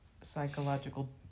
psychological